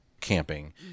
camping